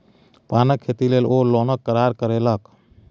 पानक खेती लेल ओ लोनक करार करेलकै